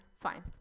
fine